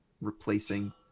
replacing